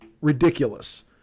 ridiculous